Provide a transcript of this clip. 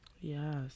Yes